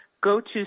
Go-to